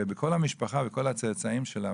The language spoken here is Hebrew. ובכל המשפחה וכל הצאצאים שלה,